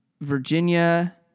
Virginia